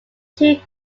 two